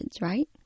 right